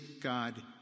God